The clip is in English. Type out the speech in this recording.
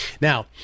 Now